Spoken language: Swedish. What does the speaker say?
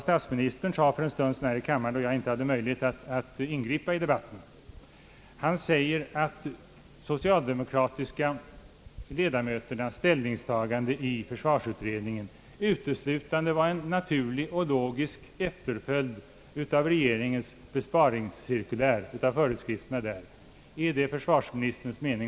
Statsministern sade tidigare här i kammaren, då jag inte hade möjlighet att ingripa i debatten, att de socialdemokratiska ledamöternas ställningstagande i försvarsutredningen uteslutande var en naturlig och logisk efterföljd av föreskrifterna i regeringens besparingscirkulär. Är det också försvarsministerns mening?